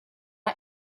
our